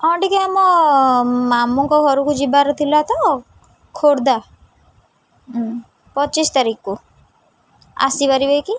ହଁ ଟିକେ ଆମ ମାମୁଁଙ୍କ ଘରକୁ ଯିବାର ଥିଲା ତ ଖୋର୍ଦ୍ଧା ପଚିଶ ତାରିଖକୁ ଆସିପାରିବେ କି